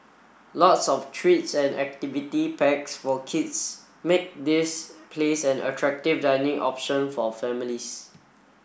lots of treats and activity packs for kids make this place an attractive dining option for families